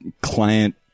client